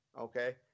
okay